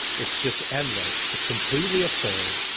it's just endless. it's completely absurd.